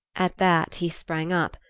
at that he sprang up,